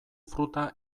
fruta